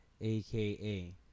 aka